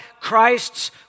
Christ's